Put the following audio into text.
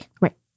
Right